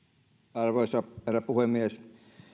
arvoisa herra puhemies